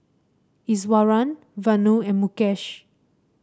Iswaran Vanu and Mukesh